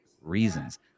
reasons